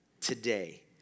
today